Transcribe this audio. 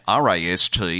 RAST